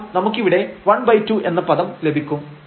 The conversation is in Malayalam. അപ്പോൾ നമുക്കിവിടെ 12 എന്ന പദം ലഭിക്കും